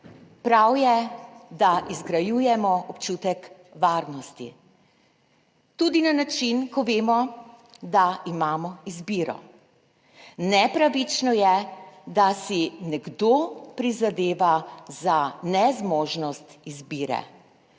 Prav je, da izgrajujemo občutek varnosti tudi na način, ko vemo, da imamo izbiro. Nepravično je, da si nekdo prizadeva za nezmožnost izbire.